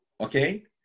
Okay